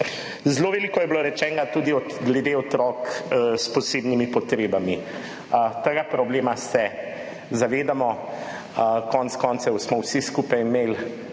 Zelo veliko je bilo rečenega tudi glede otrok s posebnimi potrebami. Tega problema se zavedamo. Konec koncev smo vsi skupaj imeli